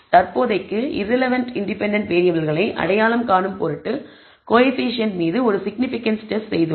தற்போதைக்கு irrelevant independent வேறியபிள்களை அடையாளம் காணும் பொருட்டு கோஎஃபீஷியேன்ட் இன் மீது ஒரு சிக்னிபிகன்ஸ் டெஸ்ட் செய்துள்ளோம்